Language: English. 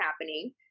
happening